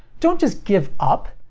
don't just give up!